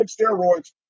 steroids